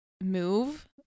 move